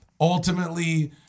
ultimately